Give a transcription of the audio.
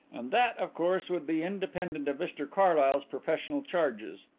and that, of course, would be independent of mr carlyle's professional charges,